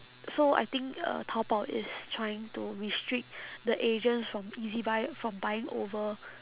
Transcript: so I think uh taobao is trying to restrict the agents from ezbuy from buying over